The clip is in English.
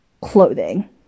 clothing